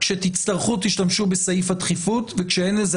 כשתצטרכו תשתמשו בסעיף הדחיפות וכשאין לזה